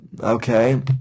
Okay